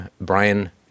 Brian